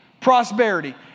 prosperity